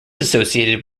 associated